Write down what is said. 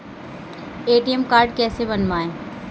ATM card कैसे बनवाएँ?